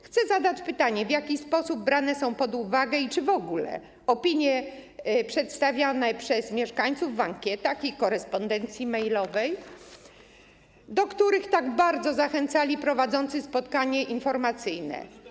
Chcę zadać pytanie: W jaki sposób brane są pod uwagę - i czy w ogóle - opinie przedstawiane przez mieszkańców w ankietach i korespondencji mailowej, do których tak bardzo zachęcali prowadzący spotkanie informacyjne?